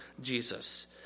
Jesus